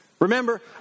Remember